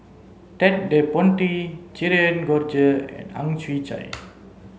Ted De Ponti Cherian George and Ang Chwee Chai